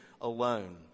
alone